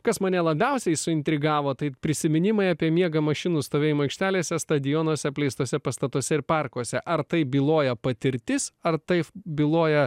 kas mane labiausiai suintrigavo tai prisiminimai apie miegą mašinų stovėjimo aikštelėse stadionuose apleistuose pastatuose ir parkuose ar tai byloja patirtis ar tai byloja